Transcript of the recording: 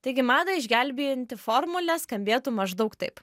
taigi madą išgelbėjanti formulė skambėtų maždaug taip